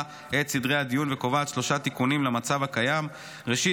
את סדרי הדיון וקובעת שלושה תיקונים למצב הקיים: ראשית,